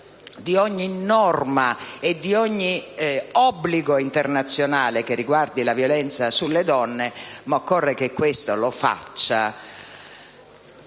di ogni norma e di ogni obbligo internazionale che riguardi la violenza sulle donne, ma occorre che questo venga